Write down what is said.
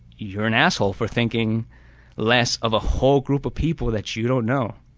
you're an asshole for thinking less of a whole group of people that you don't know.